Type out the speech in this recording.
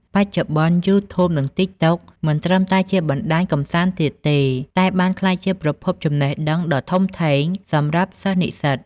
បច្ចុប្បន្ន យូធូប និង តិកតុក មិនត្រឹមតែជាបណ្តាញកម្សាន្តទៀតទេ តែបានក្លាយជាប្រភពចំណេះដឹងដ៏ធំធេងសម្រាប់សិស្សនិស្សិត។